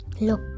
look